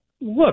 look